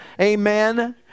amen